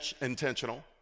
intentional